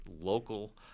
local